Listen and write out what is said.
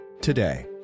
today